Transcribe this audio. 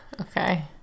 Okay